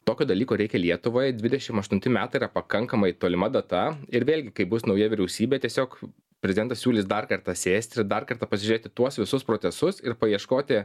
tokio dalyko reikia lietuvai dvidešim aštunti metai yra pakankamai tolima data ir vėlgi kaip bus nauja vyriausybė tiesiog prezidentas siūlys dar kartą sėsti dar kartą pasižiūrėti tuos visus procesus ir paieškoti